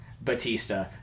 Batista